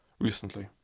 recently